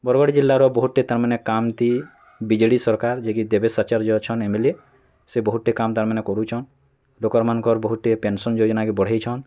ବରଗଡ଼ ଜିଲ୍ଲାର ବହୁଟେ ତା ମାନେ କାମ୍ ଥି ବି ଜେ ଡ଼ି ସରକାର୍ ଯିଏ କି ଦେବେଶ୍ ଆଚାର୍ଯ୍ୟ ଅଛନ୍ ଏମ୍ ଏଲ୍ ଏ ସେ ବହୁଟେ କାମ୍ ତା'ର୍ ମାନେ କରୁଛନ୍ ଲୋକର ମାନଙ୍କର୍ ବହୁଟେ ପେନସନ୍ ଯୋଜନା କେ ବଢ଼େଇଛନ୍